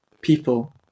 people